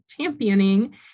championing